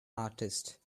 artist